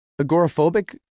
agoraphobic